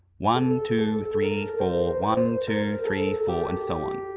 one, two, three, four one, two, three, four, and so on.